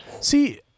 See